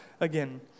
again